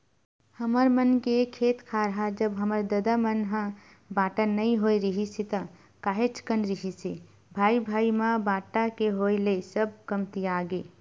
हमर मन के खेत खार ह जब हमर ददा मन ह बाटा नइ होय रिहिस हे ता काहेच कन रिहिस हे भाई भाई म बाटा के होय ले सब कमतियागे